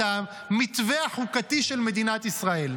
את המתווה החוקתי של מדינת ישראל?